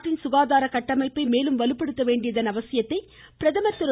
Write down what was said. நாட்டின் சுகாதார கட்டமைப்பை மேலும் வலுப்படுத்த வேண்டியதன் அவசியத்தை பிரதமர் திரு